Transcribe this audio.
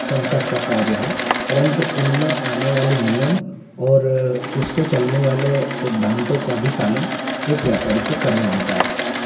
संकट का कार्य हो परन्तु उनमें आने वाले नियम और उससे चलने वाले सिद्धांतों का भी पालन एक व्यापारी को करना होता है